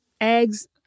eggs